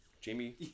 Jamie